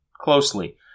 closely